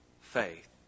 faith